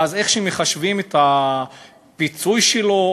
ואז איך שמחשבים את הפיצוי שלו,